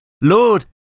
Lord